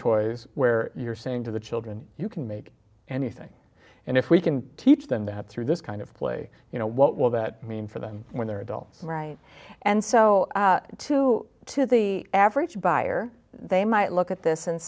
toys where you're saying to the children you can make anything and if we can teach them that through this kind of play you know what will that mean for them when they're adults right and so too to the average buyer they might look at this and